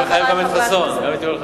זה מחייב גם את יואל חסון.